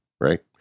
Right